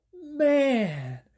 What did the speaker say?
man